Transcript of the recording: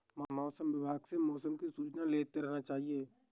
मौसम विभाग से मौसम की सूचना लेते रहना चाहिये?